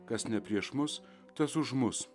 kas ne prieš mus tas už mus